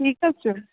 ٹھیٖک حَظ چھُ